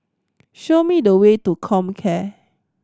show me the way to Comcare